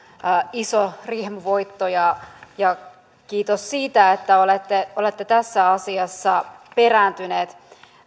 iso riemuvoitto ja ja kiitos siitä että olette olette tässä asiassa perääntyneet